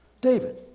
David